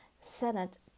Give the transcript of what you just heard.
Senate